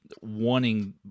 wanting